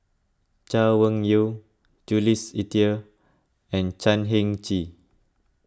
Chay Weng Yew Jules Itier and Chan Heng Chee